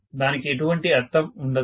దానికి ఎటువంటి అర్థం ఉండదు